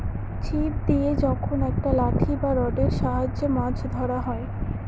ছিপ দিয়ে যখন একটা লাঠি বা রডের সাহায্যে মাছ ধরা হয়